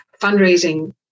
fundraising